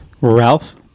Ralph